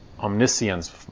omniscience